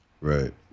Right